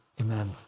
Amen